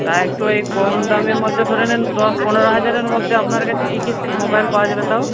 তা একটু এই কম দামের মধ্যে ধরে নিন দশ পনেরো হাজারের মধ্যে আপনার কাছে কি কি সেট মোবাইল পাওয়া যাবে তাও